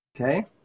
okay